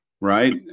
Right